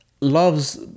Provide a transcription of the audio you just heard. loves